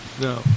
No